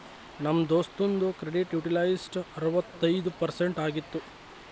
ನಮ್ ದೋಸ್ತುಂದು credit utilised ಅರವತ್ತೈಯ್ದ ಪರ್ಸೆಂಟ್ ಆಗಿತ್ತು